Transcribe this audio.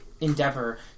endeavor